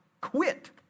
quit